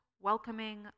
welcoming